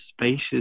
spacious